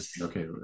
okay